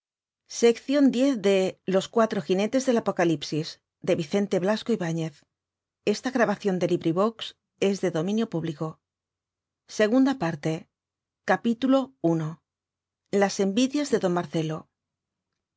de sus cuatro enemigos segunda parte las envidias de don marcelo